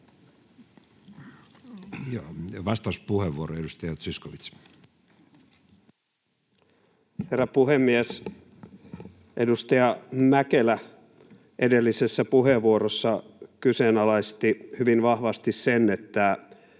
muuttamisesta Time: 11:42 Content: Herra puhemies! Edustaja Mäkelä edellisessä puheenvuorossa kyseenalaisti hyvin vahvasti sen, että